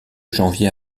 janvier